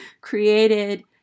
created